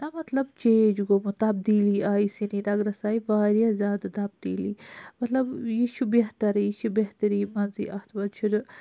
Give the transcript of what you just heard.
نہَ مَطلَب چینج گوٚمُت تَبدیلی آیہِ سِری نَگرَس آیہِ وارِیاہ زیادٕ تَبدیلی مَطلَب یہِ چھُ بہترٕے یہِ چھُ بہتری منٛزٕے اَتھ منٛز چھُنہٕ